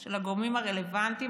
של הגורמים הרלוונטיים,